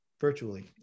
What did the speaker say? virtually